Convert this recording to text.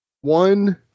one